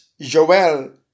Joel